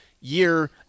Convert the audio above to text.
year